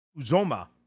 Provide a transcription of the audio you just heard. Uzoma